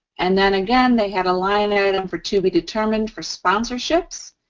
and then, again, they had a line item for to be determined for sponsorships.